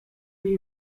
the